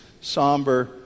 somber